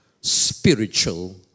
spiritual